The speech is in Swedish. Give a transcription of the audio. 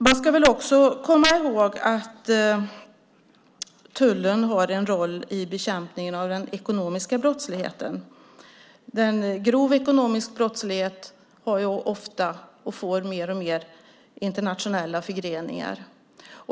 Man ska också komma ihåg att tullen har en roll i bekämpningen av den ekonomiska brottsligheten. Grov ekonomisk brottslighet har ofta, och får fler och fler, internationella förgreningar.